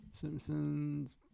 Simpsons